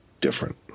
different